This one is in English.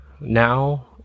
now